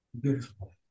Beautiful